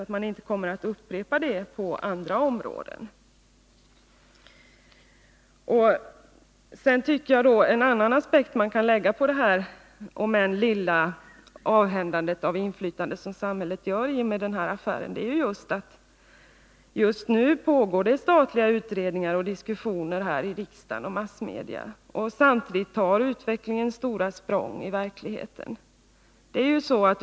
En annan aspekt som kan läggas på detta att samhället avhänder sig inflytande i och med den här affären, även om man inte gör det i så stor utsträckning, är att det just nu pågår statliga utredningar liksom diskussioner häri riksdagen och i massmedia, samtidigt som utvecklingen tar stora språng.